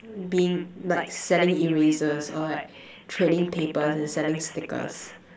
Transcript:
being like selling erasers or like trading papers and selling stickers